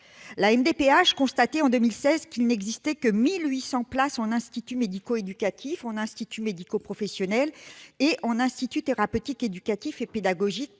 constatait, en 2016, qu'il n'existait que 1 800 places en instituts médico-éducatifs, en instituts médico-professionnels et en instituts thérapeutiques, éducatifs et pédagogiques